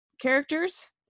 characters